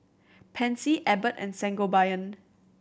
Pansy Abbott and Sangobion